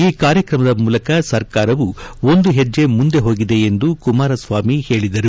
ಈ ಕಾರ್ಯಕ್ರಮದ ಮೂಲಕ ಸರ್ಕಾರವು ಒಂದು ಹೆಜ್ಜೆ ಮುಂದೆ ಹೋಗಿದೆ ಎಂದು ಕುಮಾರಸ್ವಾಮಿ ಹೇಳಿದರು